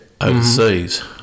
overseas